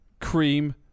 cream